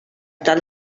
tal